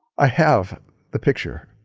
i have the picture.